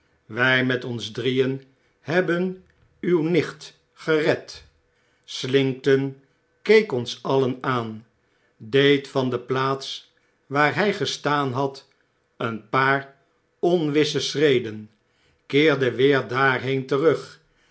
wij met ons drieen hebben uw nicht gered slinkton keek ons alien aan deed van de plaats waar hy gestaan had een paar onwisse schreden keerde weer daarheen terug